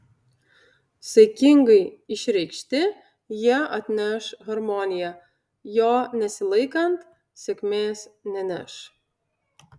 saikingai išreikšti jie atneš harmoniją jo nesilaikant sėkmės neneš